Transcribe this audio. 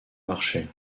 marcher